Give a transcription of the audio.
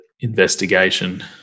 investigation